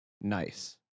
nice